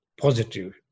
positive